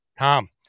Tom